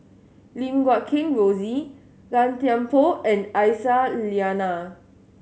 Lim Guat Kheng Rosie Gan Thiam Poh and Aisyah Lyana